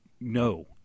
No